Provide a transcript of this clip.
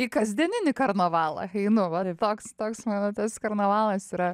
į kasdieninį karnavalą einu va toks toks mano tas karnavalas yra